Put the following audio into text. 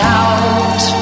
out